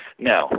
No